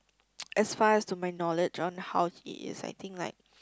as far as to my knowledge on how he is I think like